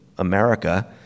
America